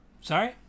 Sorry